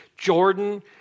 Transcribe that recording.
Jordan